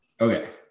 Okay